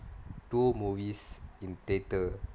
two movies in theatre